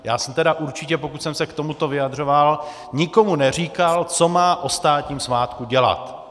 Já jsem tedy určitě, pokud jsem se k tomuto vyjadřoval, nikomu neříkal, co má o státním svátku dělat.